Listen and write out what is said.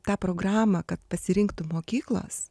tą programą kad pasirinktų mokyklos